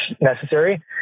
necessary